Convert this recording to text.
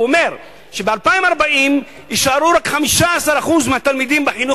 ב-2040 יישארו רק 15% מהתלמידים בחינוך